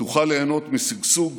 תוכל ליהנות משגשוג,